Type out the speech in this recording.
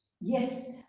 Yes